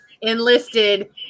enlisted